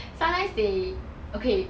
sometimes they okay